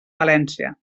valència